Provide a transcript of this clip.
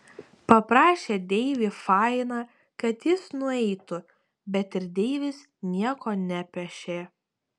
paprašė deivį fainą kad jis nueitų bet ir deivis nieko nepešė